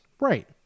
right